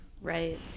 right